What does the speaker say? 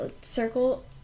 circle